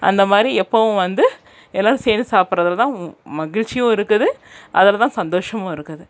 அந்த மாதிரி எப்போவும் வந்து எல்லோரும் சேர்ந்து சாப்பிட்றதுல தான் மகிழ்ச்சியும் இருக்குது அதில் தான் சந்தோஷமும் இருக்குது